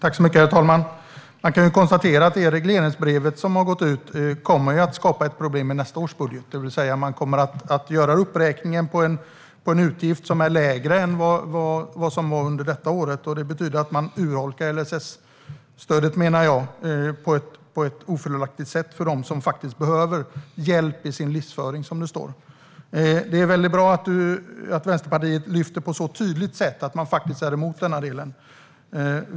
Herr talman! Man kan konstatera att det regleringsbrev som har gått ut kommer att skapa ett problem i nästa års budget. Man kommer att göra uppräkningen på en utgift som är lägre än vad den var under detta år. Det betyder att man urholkar LSS-stödet på ett ofördelaktigt sätt för dem som behöver hjälp i sin livsföring, som det står. De är väldigt bra att Vänsterpartiet på ett så tydligt sätt lyfter fram att det är emot denna del.